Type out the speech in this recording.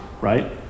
right